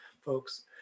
folks